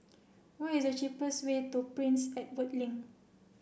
what is the cheapest way to Prince Edward Link